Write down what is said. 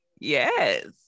Yes